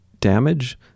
damage